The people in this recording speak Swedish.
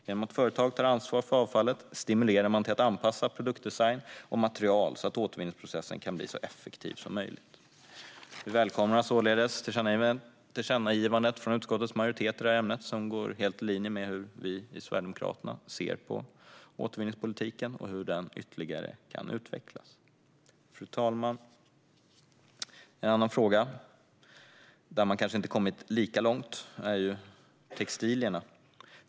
Genom att företag tar ansvar för avfallet stimulerar man till att anpassa produktdesign och material så att återvinningsprocessen kan bli så effektiv som möjligt. Vi välkomnar således tillkännagivandet som utskottets majoritet gör i detta ämne. Det går helt i linje med hur vi i Sverigedemokraterna ser på återvinningspolitiken och hur den ytterligare kan utvecklas. Fru talman! Ett annat område där man kanske inte har kommit lika långt är textilierna.